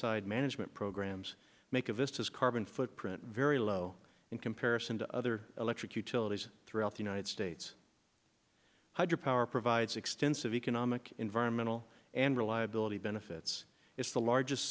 side management programs make a vista's carbon footprint very low in comparison to other electric utilities throughout the united states hydro power provides extensive economic environmental and reliability benefits it's the largest